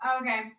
Okay